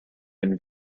have